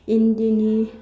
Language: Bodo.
इन्दिनि